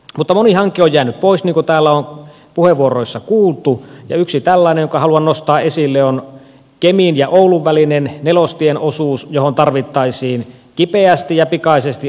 mutta moni hanke on jäänyt pois niin kuin täällä on puheenvuoroissa kuultu ja yksi tällainen jonka haluan nostaa esille on kemin ja oulun välinen nelostien osuus johon tarvittaisiin kipeästi ja pikaisesti ohituskaistoja